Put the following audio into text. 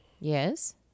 Yes